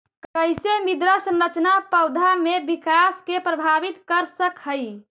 कईसे मृदा संरचना पौधा में विकास के प्रभावित कर सक हई?